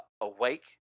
awake